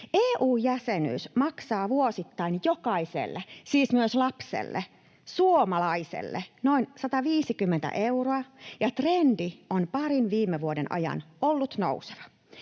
EU-jäsenyys maksaa vuosittain jokaiselle suomalaiselle, siis myös lapselle, noin 150 euroa, ja trendi on parin viime vuoden ajan ollut nouseva.